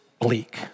bleak